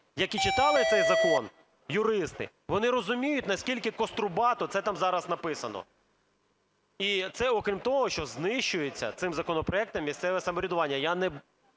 які читали цей закон, юристи, вони розуміють, наскільки кострубато це там зараз написано. І це окрім того, що знищується цим законопроектом місцеве самоврядування.